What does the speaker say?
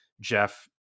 Jeff